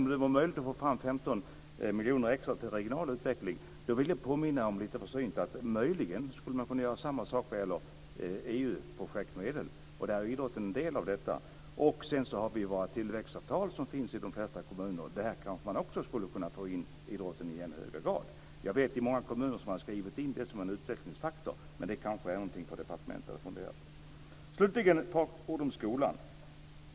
Om det nu var möjligt att få fram 15 miljoner extra till regional utveckling, vill jag lite försynt påminna om att möjligen kunna göra samma sak med EU projektmedel. Där är idrotten en del. Sedan finns tillväxtavtalen i de flesta kommunerna. Där kanske det också går att få in idrotten i högre grad. Jag vet att många kommuner har skrivit in det som en utvecklingsfaktor. Det är kanske något för departementet att fundera på. Slutligen ska jag säga ett par ord om skolan.